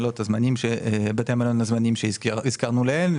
בבתי גיל הזהב החלוקה